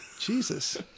Jesus